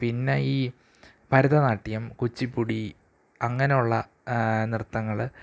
പിന്നെ ഈ ഭരതനാട്യം കുച്ചിപ്പുടി അങ്ങനെയുള്ള നൃത്തങ്ങൾ